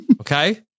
Okay